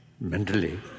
mentally